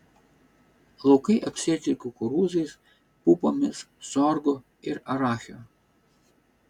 laukai apsėti kukurūzais pupomis sorgu ir arachiu